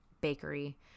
bakery